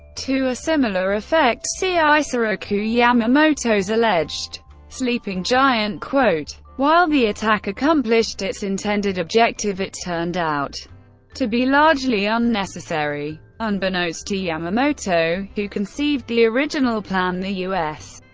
to a similar effect, see isoroku yamamoto's alleged sleeping giant quote. while the attack accomplished its intended objective, it turned out to be largely unnecessary. unbeknownst to yamamoto, who conceived the original plan, the u s.